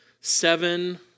seven